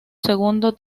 segundo